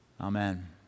amen